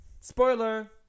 spoiler